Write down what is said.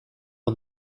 och